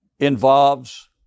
involves